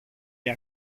και